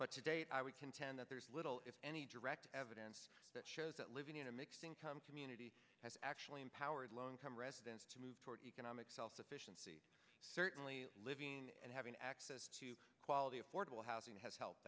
but to date i would contend that there is little if any direct evidence that shows that living in a mixed income community has actually empowered low income residents to move toward economic self sufficiency certainly living and having access to quality affordable housing has helped